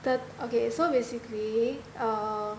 the okay so basically err